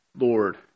Lord